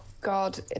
god